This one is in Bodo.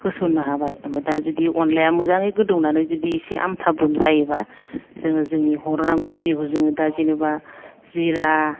होसननो हाबाय ओमफ्राय दा जुदि अनलाया मोजायै गोदौनानै जुदि एसे आमथाब्रोम जायोबा जोङो जोंनि हरनांगौ खिनिखौ जडों दा जेन'बा जिरा